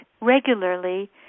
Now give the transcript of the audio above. regularly